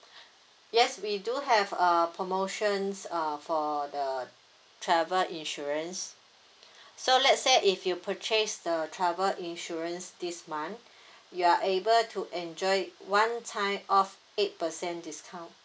yes we do have a promotions err for the travel insurance so let's say if you purchase the travel insurance this month you are able to enjoy one time off eight percent discount